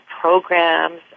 programs